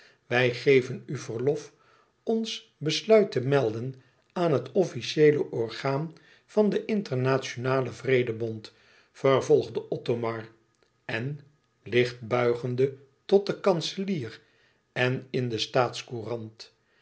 wij geven u verlof ons besluit te melden aan het officieele orgaan van den internationalen vrede bond vervolgde othomar en licht buigende tot den kanselier en in de